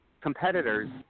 competitors